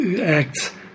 acts